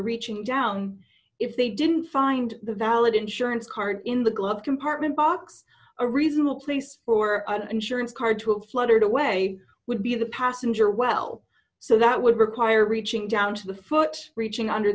reaching down if they didn't find the valid insurance card in the glove compartment box a reasonable place for an insurance card to a pleasure to way would be the passenger well so that would require reaching down to the foot reaching under